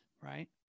right